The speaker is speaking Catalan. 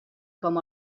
com